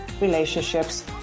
relationships